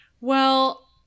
Well-